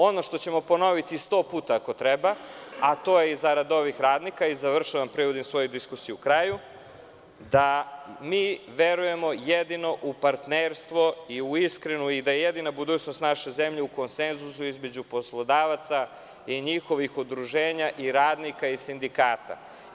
Ono što ćemo ponoviti sto puta ako treba, to je i zarad ovih radnika, završavam i privodim svoju diskusiju kraju, da mi verujem jedino u partnerstvo i da je jedina budućnost naše zemlje u konsenzusu između poslodavaca i njihovih udruženja i radnika i sindikata.